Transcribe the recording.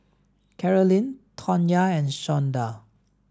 Karolyn Tawnya and Shawnda